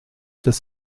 des